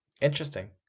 Interesting